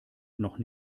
noch